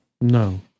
No